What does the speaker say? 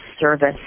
service